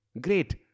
Great